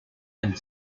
and